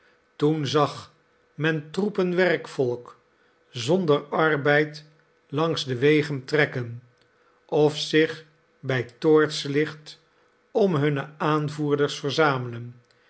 toen zag men troepen werkvolk zonder arbeid langs de wegen trekken of zich bij toortslicht om hunne aanvoerders verzamelen